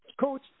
Coach